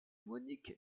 monique